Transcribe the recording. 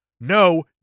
No